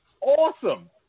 awesome